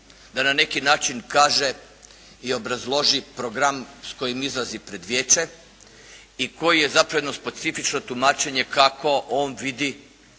da na neki način kaže i obrazloži program s kojim izlazi pred vijeće i koji je zapravo jedno specifično tumačenje kako on vidi